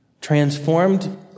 transformed